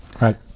Right